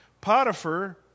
Potiphar